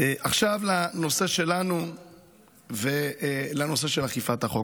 עכשיו, לנושא שלנו ולנושא אכיפת החוק.